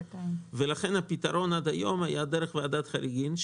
לכן הפתרון עד היום היה דרך ועדת חריגים,